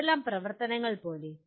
ഏതെല്ലാം പ്രവർത്തനങ്ങൾ പോലെ